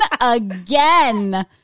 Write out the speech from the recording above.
again